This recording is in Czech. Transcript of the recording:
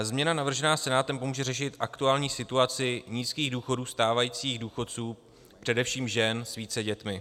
Změna navržená Senátem pomůže řešit aktuální situaci nízkých důchodů stávajících důchodců, především žen s více dětmi.